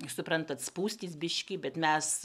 suprantat spūstys biškį bet mes